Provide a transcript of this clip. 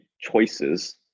choices